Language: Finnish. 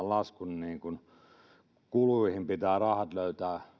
laskun kuluihin pitää seuraavienkin hallituspuolueiden löytää